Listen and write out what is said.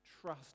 trust